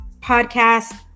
podcast